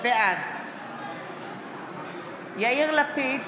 בעד יאיר לפיד,